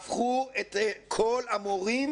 שימו את כל המורים